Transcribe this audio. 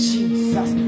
Jesus